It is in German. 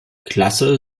klasse